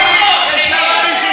זה לא רלוונטי,